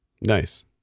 Nice